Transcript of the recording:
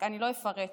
ולא אפרט,